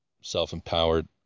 self-empowered